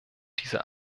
dieser